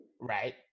right